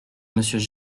monsieur